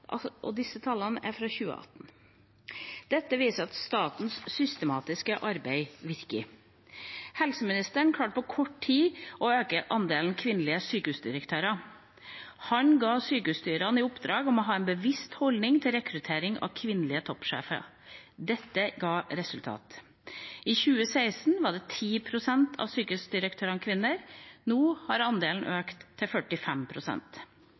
på direktoratsnivå. Disse tallene er fra 2018. Dette viser at statens systematiske arbeid virker. Helseministeren klarte på kort tid å øke andelen kvinnelige sykehusdirektører. Han ga sykeshusstyrene i oppdrag å ha en bevisst holdning til rekruttering av kvinnelige toppsjefer. Dette har gitt resultater. I 2016 var det 10 pst. av sykehusdirektørene som var kvinner. Nå er andelen økt til 45 pst. Jeg har